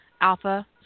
Alpha